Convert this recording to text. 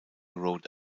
road